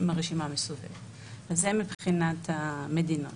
זה מבחינת המדינות.